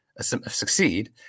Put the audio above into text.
succeed